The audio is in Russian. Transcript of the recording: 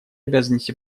обязанности